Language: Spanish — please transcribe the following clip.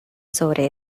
sobre